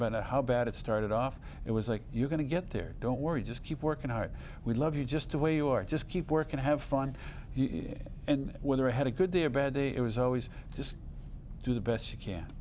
matter how bad it started off it was like you're going to get there don't worry just keep working hard we love you just the way you are just keep work and have fun and whether i had a good day a bad day it was always just do the